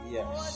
Yes